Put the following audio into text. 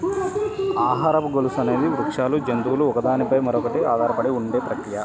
ఆహారపు గొలుసు అనేది వృక్షాలు, జంతువులు ఒకదాని పై మరొకటి ఆధారపడి ఉండే ప్రక్రియ